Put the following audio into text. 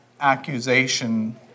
accusation